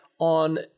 on